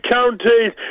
Counties